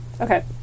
Okay